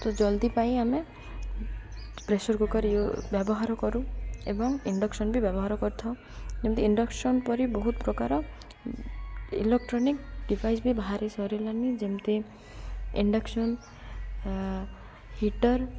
ତ ଜଲ୍ଦି ପାଇଁ ଆମେ ପ୍ରେସର୍ କୁକର୍ ବ୍ୟବହାର କରୁ ଏବଂ ଇଣ୍ଡକ୍ସନ୍ବି ବ୍ୟବହାର କରିଥାଉ ଯେମିତି ଇଣ୍ଡକ୍ସନ୍ ପରି ବହୁତ ପ୍ରକାର ଇଲକ୍ଟ୍ରୋନିକ୍ ଡିଭାଇସ୍ ବି ବାହାରି ସରିଲାଣି ଯେମିତି ଇଣ୍ଡକ୍ସନ୍ ହିଟର୍